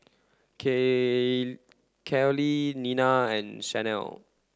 Kaley Nina and Shanell